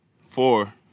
four